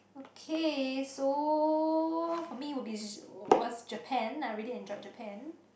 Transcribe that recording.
okay so for me will be uh was Japan I really enjoyed Japan